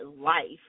life